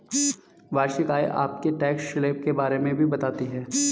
वार्षिक आय आपके टैक्स स्लैब के बारे में भी बताती है